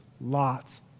lots